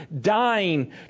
dying